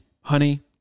honey